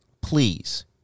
please